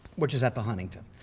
which is at the huntington.